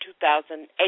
2008